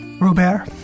Robert